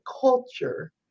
culture